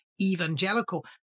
evangelical